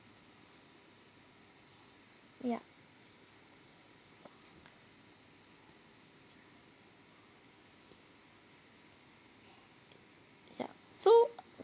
ya ya so